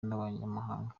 n’abanyamahanga